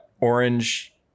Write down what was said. orange